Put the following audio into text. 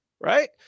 right